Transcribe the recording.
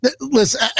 listen